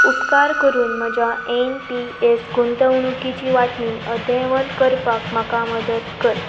उपकार करून म्हज्या एन पी एस गुंतवणुकीची वांटणी अद्यावत करपाक म्हाका मदत कर